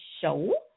show